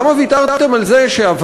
למה ויתרתם על זה שהוותמ"ל,